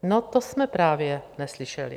No, to jsme právě neslyšeli.